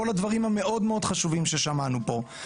כל הדברים המאוד חשובים ששמענו פה.